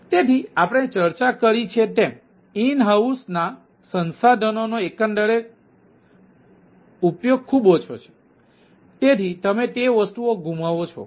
તેથી આપણે ચર્ચા કરી છે તેમ ઈન હાઉસ ના સંસાધનોનો એકંદર ઉપયોગ ખૂબ ઓછો છે તેથી તમે તે વસ્તુઓ ગુમાવો છો